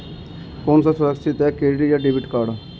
कौन सा सुरक्षित है क्रेडिट या डेबिट कार्ड?